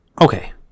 Okay